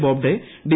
Bobde D